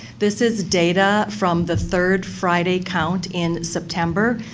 this is data from the third friday count in september.